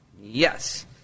Yes